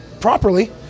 properly